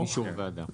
--- אישור ועדה.